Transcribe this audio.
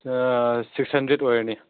six hundred ꯑꯣꯏꯔꯅꯤ